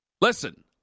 listen